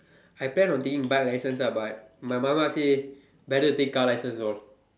I plan on taking bike license ah but my மாமா:maamaa say better take car license all